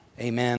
Amen